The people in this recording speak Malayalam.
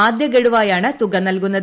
ആദ്യഗഡുവായാണ് തുക നൽകുന്നത്